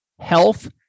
Health